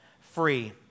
free